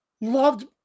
loved